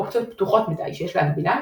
אופציות "פתוחות מדי" שיש להגבילן,